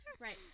right